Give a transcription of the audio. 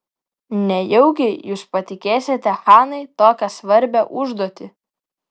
nejaugi jūs patikėsite hanai tokią svarbią užduotį